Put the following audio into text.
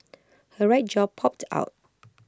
her right jaw popped out